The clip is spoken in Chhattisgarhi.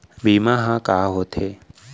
बीमा ह का होथे?